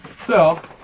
so,